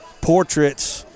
portraits